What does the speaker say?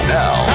now